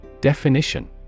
Definition